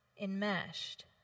enmeshed